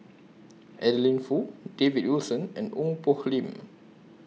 Adeline Foo David Wilson and Ong Poh Lim